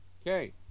Okay